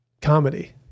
comedy